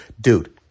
dude